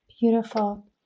Beautiful